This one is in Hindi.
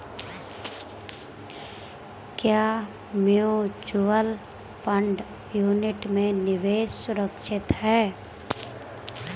क्या म्यूचुअल फंड यूनिट में निवेश सुरक्षित है?